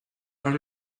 are